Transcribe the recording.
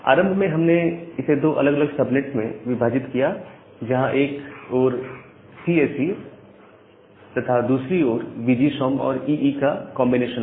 आरंभ में हमने इसे दो अलग अलग सबनेट्स में विभाजित किया जहां एक ओर सीएसई था तथा दूसरी ओर वीजीसॉम और ईई का कॉन्बिनेशन था